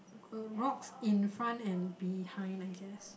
um rocks in front and behind I guess